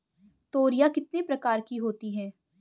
तोरियां कितने प्रकार की होती हैं?